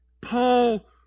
Paul